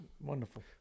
Wonderful